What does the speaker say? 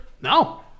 no